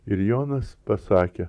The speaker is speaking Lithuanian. ir jonas pasakė